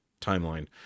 timeline